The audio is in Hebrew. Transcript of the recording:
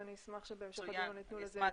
אני אשמח שבהמשך הדיון יתנו לזה התייחסות.